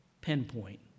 pinpoint